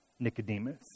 Nicodemus